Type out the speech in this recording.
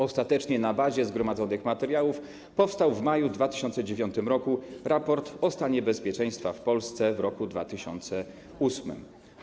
Ostatecznie na bazie zgromadzonych materiałów powstał w maju 2009 r. „Raport o stanie bezpieczeństwa w Polsce w roku 2008”